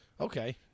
Okay